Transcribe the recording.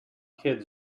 kids